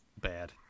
bad